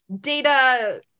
data